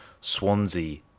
Swansea